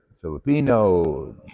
Filipino